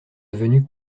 avenue